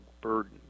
burden